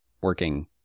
working